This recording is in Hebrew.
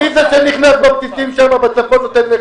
נכנס לבסיסים בצפון נותן את הלחם.